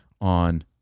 on